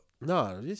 No